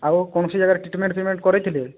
ଆଉ କୌଣସି ଜାଗାରେ ଟ୍ରିଟ୍ମେଣ୍ଟ୍ ଫ୍ରୀଟମେଣ୍ଟ କରେଇଥିଲେ